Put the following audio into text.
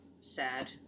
sad